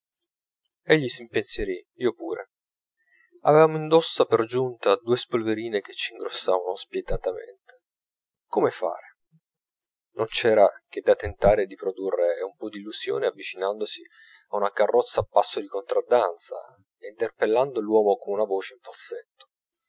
egli s'impensierì io pure avevamo indosso per giunta due spolverine che c'ingrossavano spietatamente come fare non c'era che da tentare di produrre un po d'illusione avvicinandosi a una carrozza a passo di contraddanza e interpellando l'uomo con una voce in falsetto